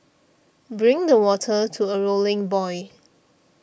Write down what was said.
bring the water to a rolling boil